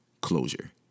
closure